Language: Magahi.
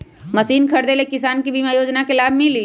मशीन खरीदे ले किसान के बीमा योजना के लाभ मिली?